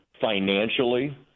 financially